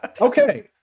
Okay